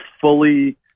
fully